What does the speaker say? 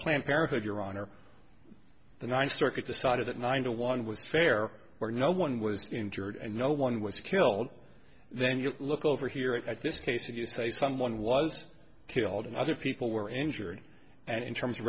planned parenthood your honor the ninth circuit decided that nine to one was fair or no one was injured and no one was killed then you look over here at this case if you say someone was killed and other people were injured and in terms